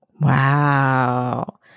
Wow